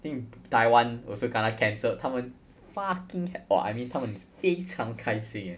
I think taiwan also kena cancelled 他们 fucking happy !wah! I mean 他们非常开心 eh